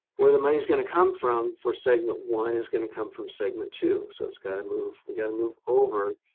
where the money is going to come from for segment one is going to come from segment two. so it's got to move we got to move over.